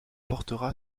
portera